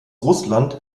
russland